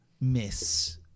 miss